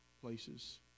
places